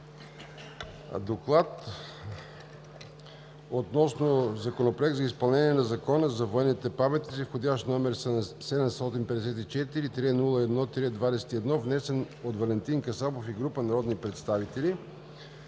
„Доклад относно Законопроект за допълнение на Закона за военните паметници, № 754-01-21, внесен от Валентин Касабов и група народни представители